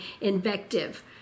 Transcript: invective